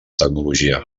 tecnologia